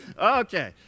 Okay